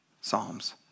Psalms